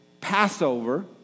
Passover